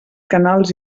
canals